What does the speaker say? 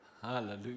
Hallelujah